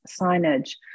signage